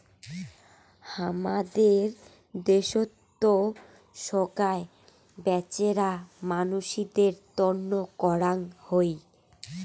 হামাদের দ্যাশোত সোগায় বেচেরা মানসিদের তন্ন করাং হই